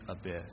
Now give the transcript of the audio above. abyss